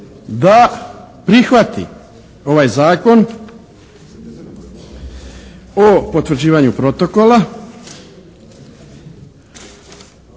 da prihvati ovaj Zakon o potvrđivanju protokola